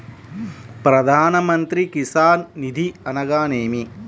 ప్రధాన మంత్రి కిసాన్ నిధి అనగా నేమి?